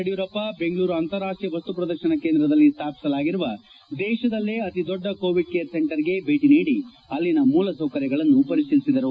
ಯಡಿಯೂರಪ್ಪ ಬೆಂಗಳೂರು ಅಂತಾರಾಷ್ಷೀಯ ವಸ್ತು ಪ್ರದರ್ಶನ ಕೇಂದ್ರದಲ್ಲಿ ಸ್ವಾಪಿಸಲಾಗಿರುವ ದೇಶದಲ್ಲೇ ಅತಿ ದೊಡ್ಡ ಕೋವಿಡ್ ಕೇರ್ ಸೆಂಟರ್ಗೆ ಭೇಟಿ ನೀಡಿ ಅಲ್ಲಿನ ಮೂಲಸೌಕರ್ಯಗಳನ್ನು ಪರಿಶೀಲಿಸಿದರು